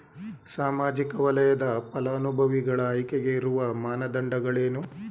ಸಾಮಾಜಿಕ ವಲಯದ ಫಲಾನುಭವಿಗಳ ಆಯ್ಕೆಗೆ ಇರುವ ಮಾನದಂಡಗಳೇನು?